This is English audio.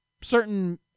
certain